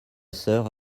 sœur